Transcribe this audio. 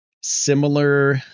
similar